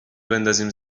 بندازیم